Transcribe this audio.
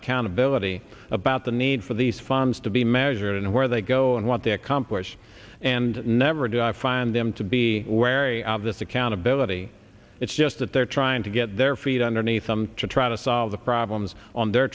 accountability about the need for these funds to be measured and where they go and what they accomplish and never do i find them to be wary of this accountability it's just that they're trying to get their feet underneath them to try to solve the problems on their